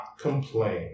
complain